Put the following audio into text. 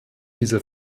dieser